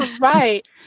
right